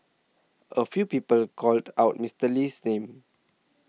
a few people called out Mister Lee's name